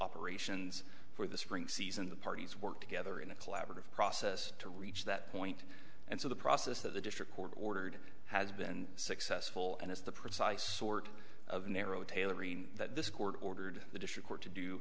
operations for the spring season the parties work together in a collaborative process to reach that point and so the process that the district court ordered has been successful and it's the precise sort of narrow tailoring that this court ordered the district court to do